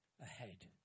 ahead